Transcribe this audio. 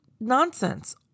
nonsense